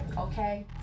okay